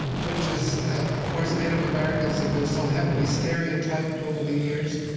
which is of course, native americans have been so heavily stereotyped over the years,